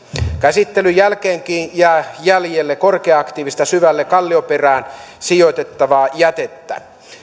käsittelyn jälkeenkin jää jäljelle korkea aktiivista syvälle kallioperään sijoitettavaa jätettä